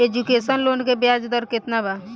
Education loan के ब्याज दर केतना बा?